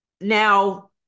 Now